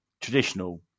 traditional